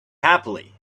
happily